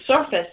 surface